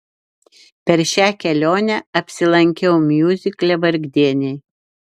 per šią kelionę apsilankiau miuzikle vargdieniai